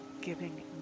giving